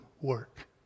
work